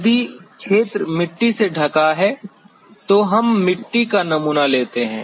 यदि क्षेत्र मिट्टी से ढंका है तो हम मिट्टी का नमूना लेते हैं